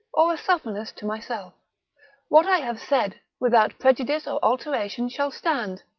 or a suffenus to myself what i have said, without prejudice or alteration shall stand.